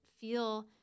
feel